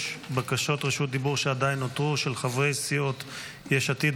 יש בקשות רשות דיבור שעדיין נותרו של חברי סיעות יש עתיד,